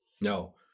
No